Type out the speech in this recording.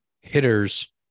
hitters